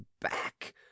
back